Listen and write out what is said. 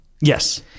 Yes